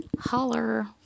Holler